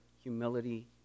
humility